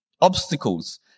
obstacles